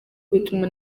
bituma